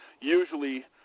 usually